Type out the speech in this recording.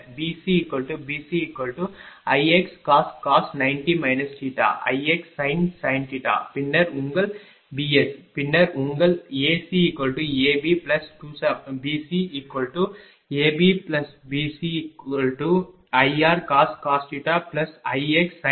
BCBCIxcos 90 θ Ixsin பின்னர் உங்கள் VS பின்னர் உங்கள் ACABBCABBCIrcos Ixsin